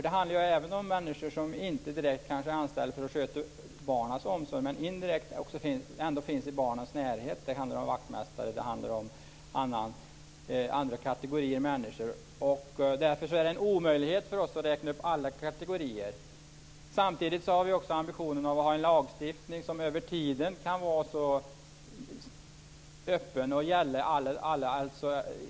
Det handlar även om människor som inte direkt är anställda för att sköta barn men som indirekt ändå finns i barnens närhet - vaktmästare och andra kategorier människor. Därför är det en omöjlighet för oss att räkna upp alla kategorier. Samtidigt har vi ambitionen att ha en lagstiftning som över tiden kan vara öppen och gälla alla.